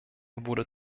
wurde